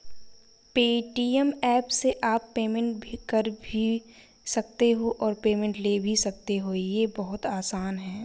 Paytm app से आप payment कर भी सकते हो और पेमेंट ले भी सकते हो, ये बहुत आसान है